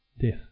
death